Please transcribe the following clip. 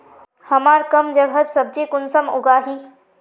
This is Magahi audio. हमार कम जगहत सब्जी कुंसम उगाही?